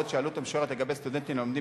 והעלות המשוערת לגבי סטודנטים הלומדים